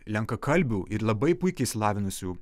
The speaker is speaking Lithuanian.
lenkakalbių ir labai puikiai išsilavinusių